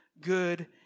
good